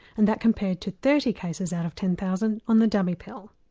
and that compared to thirty cases out of ten thousand on the dummy pill.